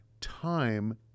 Time